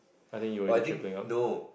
I think you already triplet out